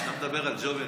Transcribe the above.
כשאתה מדבר על ג'ובים,